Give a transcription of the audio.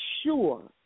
sure